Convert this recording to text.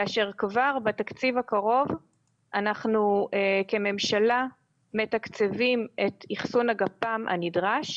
כאשר כבר בתקציב הקרוב אנחנו כממשלה מתקצבים את אחסון הגפ"מ הנדרש,